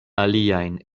aliajn